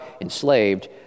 enslaved